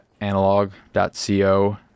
analog.co